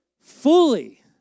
Fully